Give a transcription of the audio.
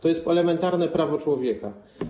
To jest elementarne prawo człowieka.